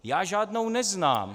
Já žádnou neznám.